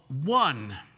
one